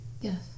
Yes